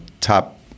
top